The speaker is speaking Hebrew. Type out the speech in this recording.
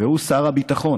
הוא שר הביטחון,